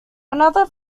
another